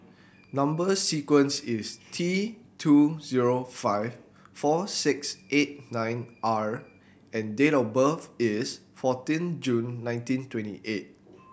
number sequence is T two zero five four six eight nine R and date of birth is fourteen June nineteen twenty eight